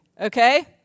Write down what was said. Okay